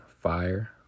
Fire